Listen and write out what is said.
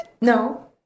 No